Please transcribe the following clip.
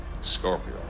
Scorpio